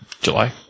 July